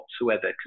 whatsoever